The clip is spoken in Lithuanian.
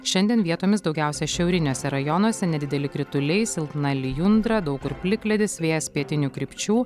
šiandien vietomis daugiausia šiauriniuose rajonuose nedideli krituliai silpna lijundra daug kur plikledis vėjas pietinių krypčių